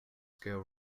scale